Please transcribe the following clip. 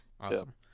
Awesome